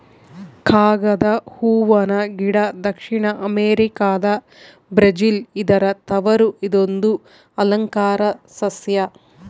ಕಾಗದ ಹೂವನ ಗಿಡ ದಕ್ಷಿಣ ಅಮೆರಿಕಾದ ಬ್ರೆಜಿಲ್ ಇದರ ತವರು ಇದೊಂದು ಅಲಂಕಾರ ಸಸ್ಯ